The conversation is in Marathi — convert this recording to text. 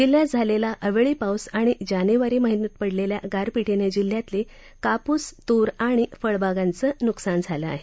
जिल्ह्यात झालेला अवेळी पाऊस आणि जानेवारी महिन्यात पडलेल्या गारपीटीनं जिल्ह्यातील कापूस तूर आणि फळबागांचे नुकसान झालं आहे